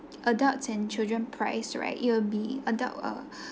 adults and children price right it'll be adult uh